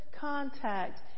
contact